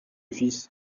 fils